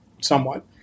somewhat